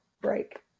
break